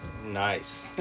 Nice